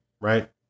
right